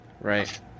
Right